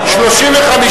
נא להצביע.